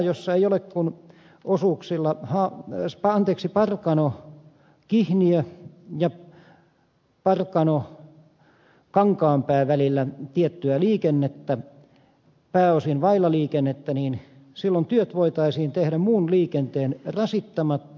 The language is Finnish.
radalla ei ole kuin osuuksilla parkanokihniö ja parkanokankaanpää tiettyä liikennettä pääosin se on vailla liikennettä ja silloin työt voitaisiin tehdä muun liikenteen rasittamatta